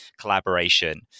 collaboration